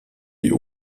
die